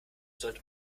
sollte